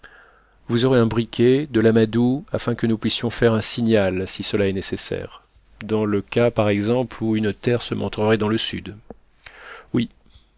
vous aurez un briquet de l'amadou afin que nous puissions faire un signal si cela est nécessaire dans le cas par exemple où une terre se montrerait dans le sud oui